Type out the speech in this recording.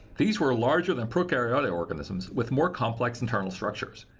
these were larger than prokaryotic organisms with more complex internal structures.